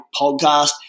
podcast